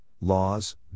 laws